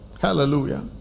Hallelujah